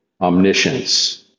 omniscience